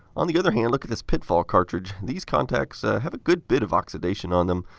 on the other hand, look at this pitfall cartridge. these contacts have a good bit of oxidation on them.